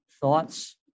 thoughts